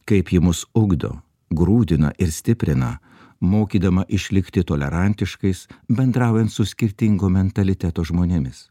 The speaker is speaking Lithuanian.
kaip ji mus ugdo grūdina ir stiprina mokydama išlikti tolerantiškais bendraujant su skirtingo mentaliteto žmonėmis